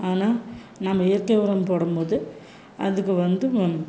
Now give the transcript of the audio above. ஆனா நம்ம இயற்கை உரம் போடும்போது அதுக்கு வந்து நம்